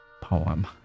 poem